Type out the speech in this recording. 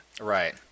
Right